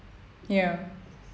ya